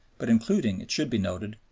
but including, it should be noted,